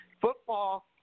Football